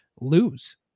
lose